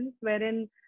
wherein